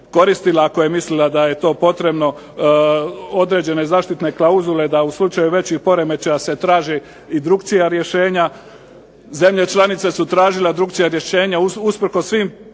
koristila, ako je mislila da je to potrebno, određene zaštitne klauzule da u slučaju većih poremećaja se traže i drukčija rješenja. Zemlje članice su tražile drukčija rješenja usprkos svim